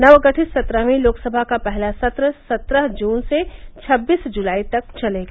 नवगठित सत्रहवीं लोकसभा का पहला सत्र सत्रह जून से छब्बीस जुलाई तक चलेगा